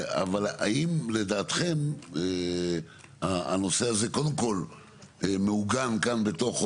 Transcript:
אבל האם לדעתכם הנושא הזה קודם כל מעוגן כאן בתוך,